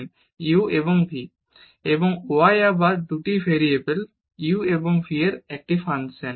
u এবং v এবং y আবার 2 টি ভেরিয়েবল যা u এবং v এর একটি ফাংশন